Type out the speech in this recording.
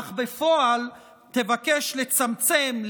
אך בפועל תבקש לצמצם,